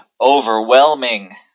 overwhelming